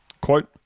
Quote